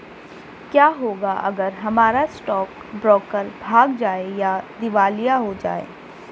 क्या होगा अगर हमारा स्टॉक ब्रोकर भाग जाए या दिवालिया हो जाये?